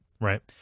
Right